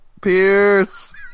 Pierce